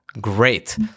Great